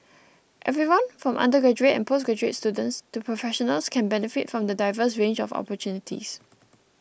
everyone from undergraduate and postgraduate students to professionals can benefit from the diverse range of opportunities